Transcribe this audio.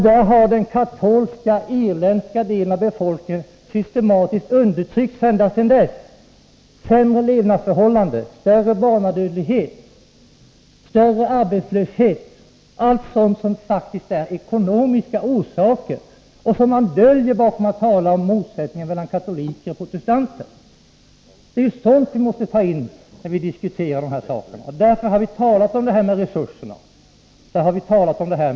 Där har den katolska, irländska delen av befolkningen systematiskt undertryckts ända sedan dess. De har sämre levnadsförhållanden, högre barnadödlighet, större arbetslöshet än den övriga delen av befolkningen. Allt sådant har faktiskt ekonomiska orsaker. Sådant döljer man bakom talet om motsättningar mellan katoliker och protestanter. Det är frågor av det slaget vi måste ta med i vår diskussion, och därför har vi pekat på resursernas och råvarornas betydelse i det här sammanhanget.